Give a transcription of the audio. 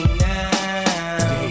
now